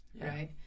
right